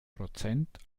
prozent